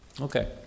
Okay